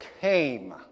came